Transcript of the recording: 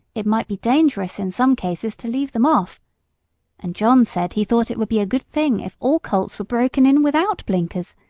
it might be dangerous in some cases to leave them off' and john said he thought it would be a good thing if all colts were broken in without blinkers,